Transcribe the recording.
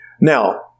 Now